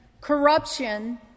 corruption